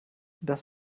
das